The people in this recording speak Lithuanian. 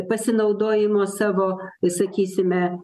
pasinaudojimo savo sakysime